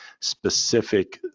specific